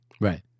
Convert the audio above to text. right